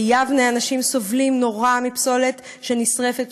ביבנה אנשים סובלים נורא מפסולת שנשרפת,